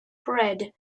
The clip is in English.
bread